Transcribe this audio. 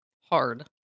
hard